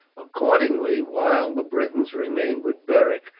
accordingly, while the britons remained with beric,